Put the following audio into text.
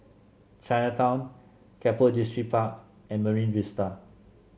Chinatown Keppel Distripark and Marine Vista